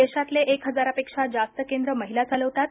देशातले एक हजारापेक्षा जास्त केंद्र महिला चालवतात